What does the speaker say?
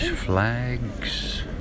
Flags